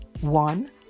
one